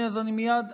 תודה, אדוני.